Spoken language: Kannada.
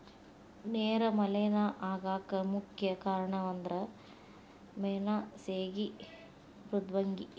ನೇರ ಮಲೇನಾ ಆಗಾಕ ಮುಖ್ಯ ಕಾರಣಂದರ ಮೇನಾ ಸೇಗಿ ಮೃದ್ವಂಗಿ